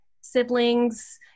siblings